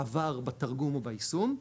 עבר בתרגום או ביישום,